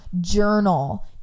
journal